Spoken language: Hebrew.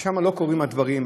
ושם לא קורים הדברים,